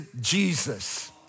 Jesus